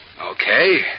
Okay